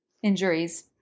injuries